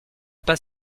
pas